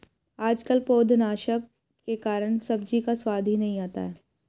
आजकल पौधनाशक के कारण सब्जी का स्वाद ही नहीं आता है